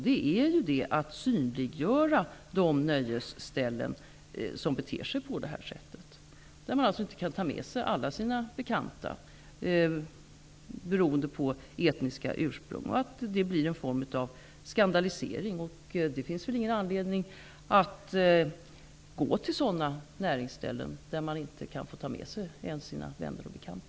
Det gäller att synliggöra de nöjesställen som beter sig på detta sätt, dvs. där det inte går att ta med sig alla sina bekanta beroende på att de har ett annat etniskt ursprung. Det blir en form av skandalisering. Det finns inte anledning att gå till sådana näringsställen där man inte kan ta med sig sina vänner och bekanta.